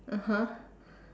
(uh huh)